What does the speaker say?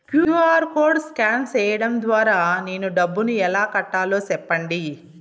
QR code scan సేయడం ద్వారా నేను డబ్బును ఎలా కట్టాలో సెప్పండి?